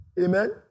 Amen